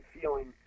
feeling